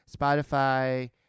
Spotify